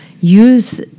use